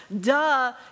Duh